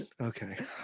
Okay